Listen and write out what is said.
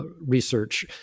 research